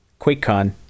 QuakeCon